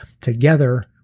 Together